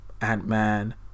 Ant-Man